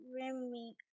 Remy